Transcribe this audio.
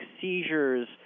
seizures